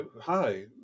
Hi